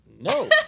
No